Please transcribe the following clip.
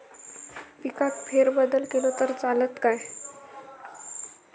पिकात फेरबदल केलो तर चालत काय?